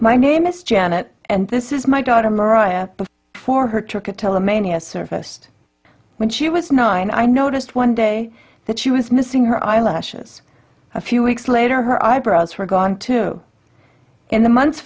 my name is janet and this is my daughter mariah for her took a toll mania sort of post when she was nine i noticed one day that she was missing her eyelashes a few weeks later her eyebrows were gone too in the months